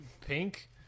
Pink